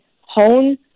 hone